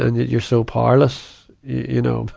you're so powerless. you know,